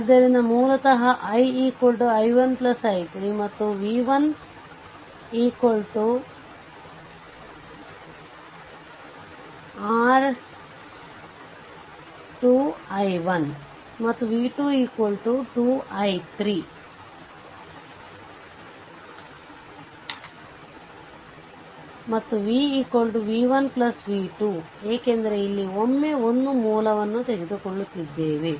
ಆದ್ದರಿಂದ ಮೂಲತಃ i i1 i3 ಮತ್ತು v1 2 i1 ಮತ್ತು v2 2 i3 ಮತ್ತು v v1 v2 ಏಕೆಂದರೆ ಇಲ್ಲಿ ಒಮ್ಮೆ ಒಂದು ಮೂಲವನ್ನು ತೆಗೆದುಕೊಳ್ಳುತ್ತಿದ್ದೇವೆ